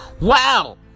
Wow